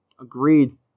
Agreed